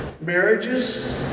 marriages